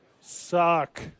suck